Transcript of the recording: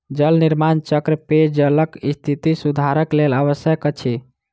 जल निर्माण चक्र पेयजलक स्थिति सुधारक लेल आवश्यक अछि